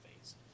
face